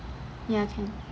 ya can